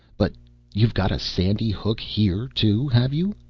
but you've got a sandy hook here, too, have you?